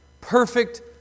perfect